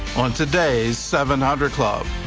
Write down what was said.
on today's seven hundred club.